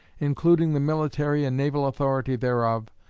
including the military and naval authority thereof,